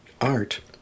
Art